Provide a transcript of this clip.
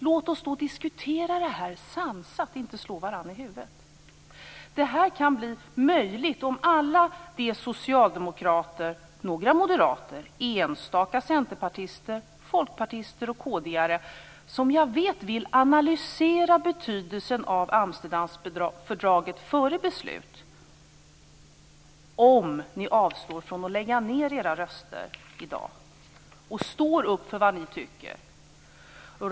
Låt oss diskutera det här sansat och inte slå varandra i huvudet. Det här kan bli möjligt om alla ni socialdemokrater, några moderater, enstaka centerpartister, folkpartister och kd:are som jag vet vill analysera betydelsen av Amsterdamfördraget före beslut avstår från att lägga ned era röster i dag och står upp för vad ni tycker.